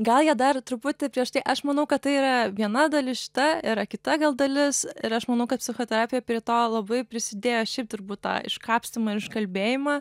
gal jie dar truputį prieš tai aš manau kad tai yra viena dalis šita yra kita gal dalis ir aš manau kad psichoterapija prie to labai prisidėjo šiaip turbūt tą kapstymą ir užkalbėjimą